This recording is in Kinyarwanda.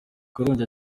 karongi